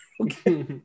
Okay